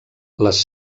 les